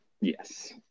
Yes